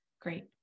Great